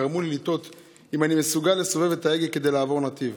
גרמו לי לתהות אם אני מסוגל לסובב את ההגה כדי לעבור נתיב.